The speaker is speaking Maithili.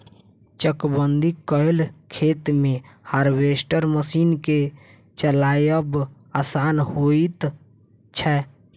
चकबंदी कयल खेत मे हार्वेस्टर मशीन के चलायब आसान होइत छै